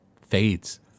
fades